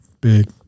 big